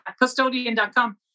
custodian.com